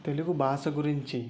తెలుగు భాష గురించి